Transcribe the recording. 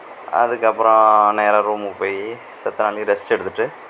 அதுக்கு அப்புறம் நேராக ரூமுக்கு போய் செத்த நாழி ரெஸ்ட் எடுத்துவிட்டு